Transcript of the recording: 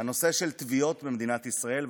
הנושא של טביעות במדינת ישראל.